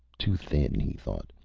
too thin, he thought,